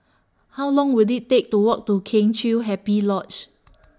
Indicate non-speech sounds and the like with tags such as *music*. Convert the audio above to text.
How Long Will IT Take to Walk to Kheng Chiu Happy Lodge *noise*